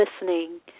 listening